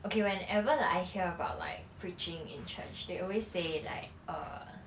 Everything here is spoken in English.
okay whenever like I hear about like preaching in church they always say like err